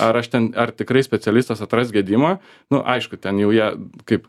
ar aš ten ar tikrai specialistas atras gedimą na aišku ten jau jie kaip